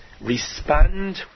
respond